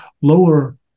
lower